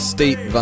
State